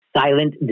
silent